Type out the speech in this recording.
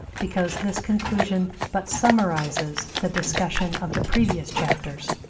because this conclusion but summarizes the discussion of the previous chapters,